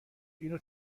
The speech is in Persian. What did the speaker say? اینو